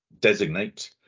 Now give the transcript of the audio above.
designate